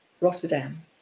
Rotterdam